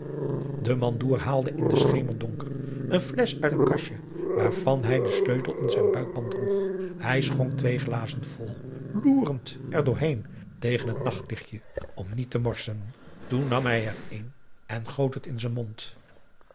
de mandoer haalde in den schemerdonker een flesch uit een kastje waarvan hij den sleutel in zijn buikband droeg hij schonk twee glazen vol loerend erdoor heen tegen het nachtlichtje om niet te morsen toen nam hij er een en goot het in z'n mond